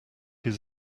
his